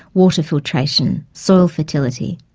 water filtration, soil fertility.